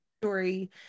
Story